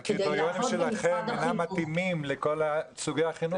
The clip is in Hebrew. אבל הקריטריונים שלכם אינם מתאימים לכל סוגי החינוך.